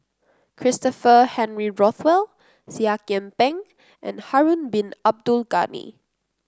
Christopher Henry Rothwell Seah Kian Peng and Harun Bin Abdul Ghani